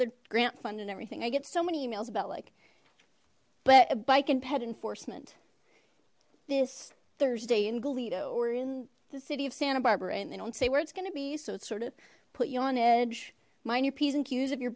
the grant fund and everything i get so many emails about like but a bike and pet enforcement this thursday in goleta or in the city of santa barbara and they don't say where it's gonna be so it's sort of put you on edge mind your p's and q's if you